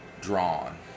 Drawn